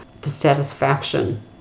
dissatisfaction